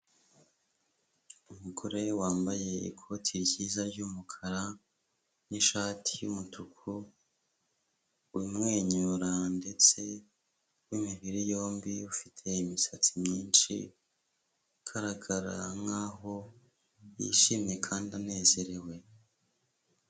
Umugore wambaye ikoti ryiza ry'umukara n'ishati y'umutuku, umwenyura ndetse w'imibiri yombi, ufite imisatsi myinshi, ugaragara nk'aho yishimye kandi anezerewe.